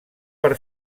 per